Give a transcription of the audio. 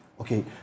okay